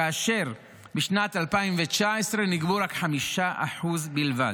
כאשר בשנת 2019 נגבו 5% בלבד.